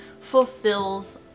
fulfills